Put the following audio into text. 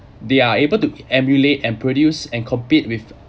they are able to emulate and produce and compete with